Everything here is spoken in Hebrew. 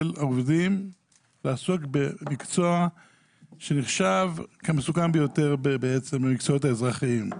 העובדים לעסוק במקצוע שנחשב כמסוכן ביותר בעצם מהמקצועות האזרחיים.